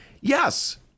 yes